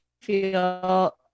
feel